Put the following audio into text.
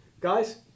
Guys